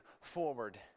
forward